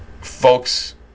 Folks